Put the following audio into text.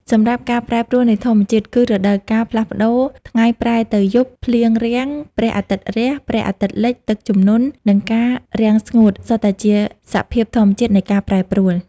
សម្រាប់ ការប្រែប្រួលនៃធម្មជាតិ គឺរដូវកាលផ្លាស់ប្ដូរ ថ្ងៃប្រែទៅយប់ ភ្លៀងរាំង ព្រះអាទិត្យរះ ព្រះអាទិត្យលិច ទឹកជំនន់ និងការរាំងស្ងួត សុទ្ធតែជាសភាពធម្មជាតិនៃការប្រែប្រួល។